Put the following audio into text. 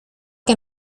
que